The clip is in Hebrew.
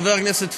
חבר הכנסת פריג',